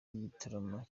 gitaramo